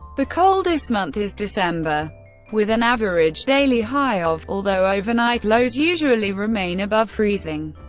the coldest month is december with an average daily high of, although overnight lows usually remain above freezing.